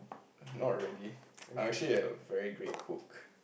not really I'm actually a very great cook